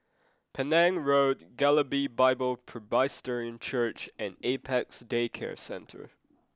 Penang Road Galilee Bible Presbyterian Church and Apex Day Care Centre